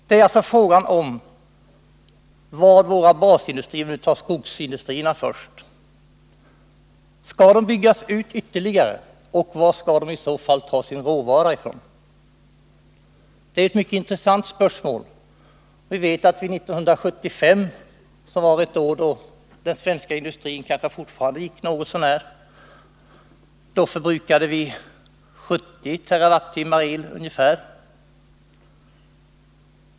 Det gäller — vi kan t.ex. ta skogsindustrierna — om de skall byggas ut ytterligare och varifrån de i så fall skall ta sin råvara. Det är ett mycket intressant spörsmål. Vi vet att vi år 1975, som var ett år då den svenska industrin fortfarande gick något så när, förbrukade ungefär 70 TWh el.